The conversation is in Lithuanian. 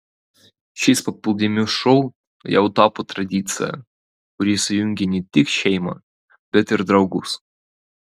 šis paplūdimių šou jau tapo tradicija kuri sujungia ne tik šeimą bet ir draugus